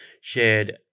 shared